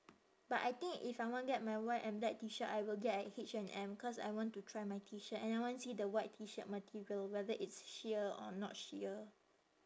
but I think if I want get my white and black T shirt I will get at H&M cause I want to try my T shirt and I want see the white T shirt material whether it's sheer or not sheer